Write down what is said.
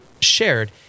shared